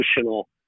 emotional